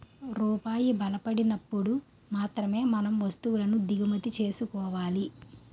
రూపాయి బలపడినప్పుడు మాత్రమే మనం వస్తువులను దిగుమతి చేసుకోవాలి